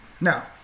Now